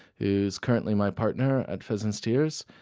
who's currently my partner at pheasant's tears.